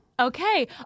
Okay